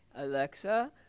Alexa